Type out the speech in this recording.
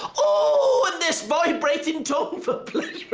oh! and this vibrating tongue for pleasure.